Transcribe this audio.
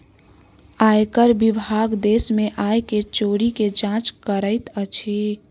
आयकर विभाग देश में आय के चोरी के जांच करैत अछि